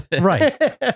Right